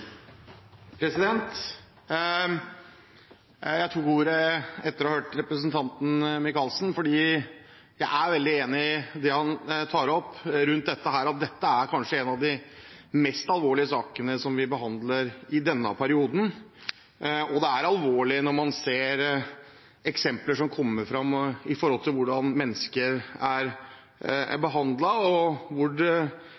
Jeg tok ordet etter å ha hørt representanten Micaelsen, for jeg er veldig enig i det han tar opp, at dette kanskje er en av de mest alvorlige sakene vi behandler i denne perioden. Det er alvorlig når man ser de eksempler som kommer fram om hvordan mennesker er